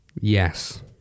Yes